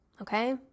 Okay